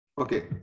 Okay